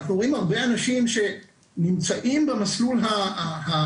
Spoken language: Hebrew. אנחנו רואים הרבה אנשים שנמצאים במסלול של